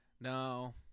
No